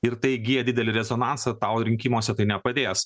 ir tai įgyja didelį rezonansą tau rinkimuose tai nepadės